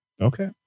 Okay